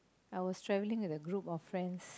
I was travelling with a group of friends